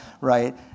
right